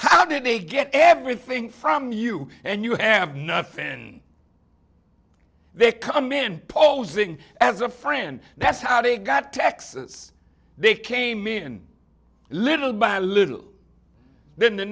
how did they get everything from you and you have nothing they come in posing as a friend that's how they got to texas they came in little by little then the